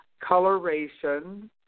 coloration